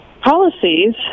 policies